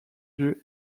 lieu